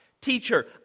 Teacher